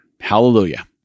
Hallelujah